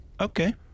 Okay